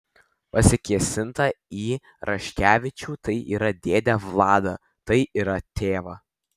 pasikėsinta į raškevičių tai yra dėdę vladą tai yra tėvą